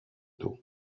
του